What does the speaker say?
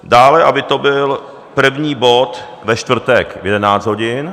Dále aby to byl první bod ve čtvrtek v 11 hodin.